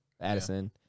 addison